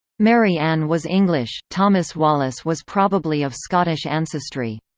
mary anne was english thomas wallace was probably of scottish ancestry.